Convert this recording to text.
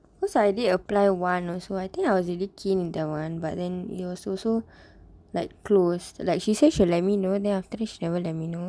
cause I did apply one also I think I was really keen in that [one] but then it was also like closed like she say she'll let me know then after that she never let me know